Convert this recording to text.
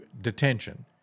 detention